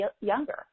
younger